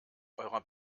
eurer